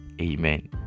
amen